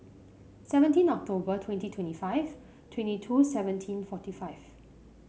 seventeen October twenty twenty five twenty two seventeen forty five